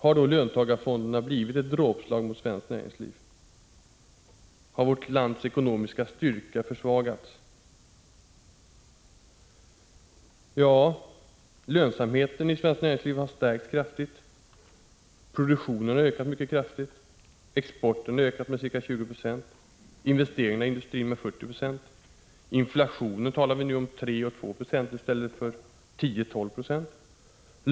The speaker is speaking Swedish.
Har då löntagarfonderna blivit ett dråpslag mot svenskt näringsliv? Har vårt lands ekonomiska styrka försvagats? Lönsamheten i svenskt näringsliv har stärkts kraftigt. Produktionen har ökat mycket markant. Exporten har stigit med ca 20 20 och investeringarna i industrin med ca 40 96. När det gäller inflationen talar vi nu om 2-3 96 i stället för 10-12 26.